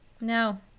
no